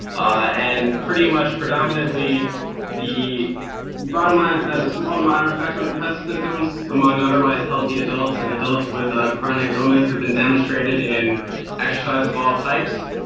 ah and pretty much predominantly the bottom line is that a small to moderate effect on depressive symptoms among otherwise healthy adults and adults with ah chronic illness has been demonstrated in exercise of all types,